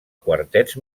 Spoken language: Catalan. quartets